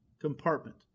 compartment